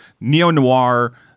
neo-noir